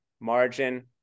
margin